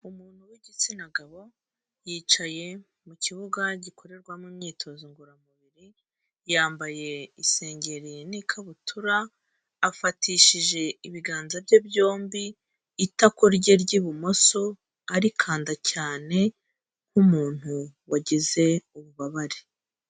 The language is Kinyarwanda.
Umuntu w'igitsina gabo yicaye mu kibuga gikorerwamo imyitozo ngororamubiri, yambaye isengeri n'ikabutura, afatishije ibiganza bye byombi itako rye ry'ibumoso, arikanda cyane nk'umuntu wagize ububabare.